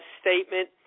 statement